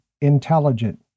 intelligent